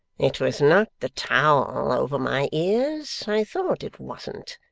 it was not the towel over my ears, i thought it wasn't.